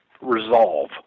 resolve